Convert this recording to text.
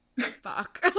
fuck